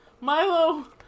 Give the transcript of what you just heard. Milo